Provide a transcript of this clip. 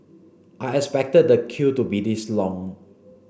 I expected the queue to be this long